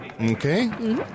Okay